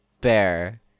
bear